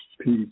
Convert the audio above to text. Peace